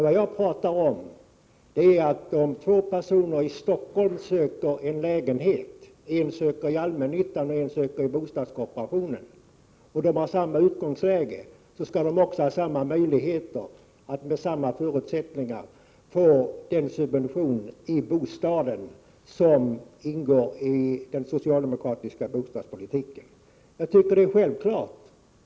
Vad jag pratar om är att om två personer i Stockholm söker lägenhet, en i allmännyttan och en i bostadskooperationen och de har samma utgångsläge, skall de också ha samma möjligheter att få den subvention till bostaden som ingår i den socialdemokratiska bostadspolitiken. Jag tycker att det är självklart.